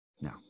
no